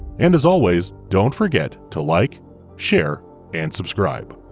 and as always, don't forget to like share and subscribe.